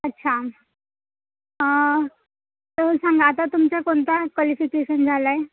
अच्छा तर सांगा आता तुमच्या कोणतं क्वालिफिकेशन झालं आहे